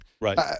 Right